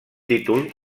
títol